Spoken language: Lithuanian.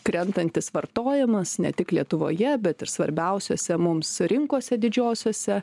krentantis vartojamas ne tik lietuvoje bet ir svarbiausiose mums rinkose didžiosiose